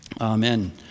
Amen